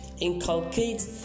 inculcate